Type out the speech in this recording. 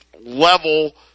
level